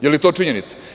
Je li to činjenica?